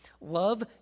Love